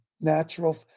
natural